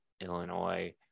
illinois